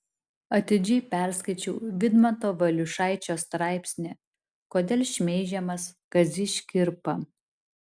atidžiai perskaičiau vidmanto valiušaičio straipsnį kodėl šmeižiamas kazys škirpa